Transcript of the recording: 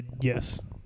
Yes